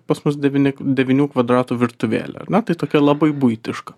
pas mus devyni devynių kvadratų virtuvėlė ar ne tai tokia labai buitiška